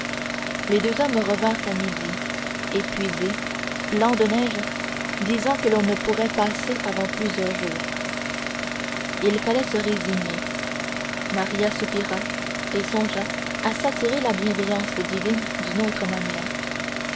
les deux hommes revinrent à midi épuisés blancs de neige disant que l'on ne pourrait passer avant plusieurs jours il fallait se résigner maria soupira et songea à s'attirer la bienveillance divine d'une autre manière